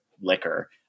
liquor